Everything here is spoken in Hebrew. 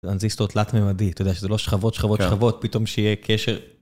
אנזיסטור תלת-ממדי, אתה יודע שזה לא שכבות, שכבות, שכבות, פתאום שיהיה קשר.